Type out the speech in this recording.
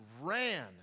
ran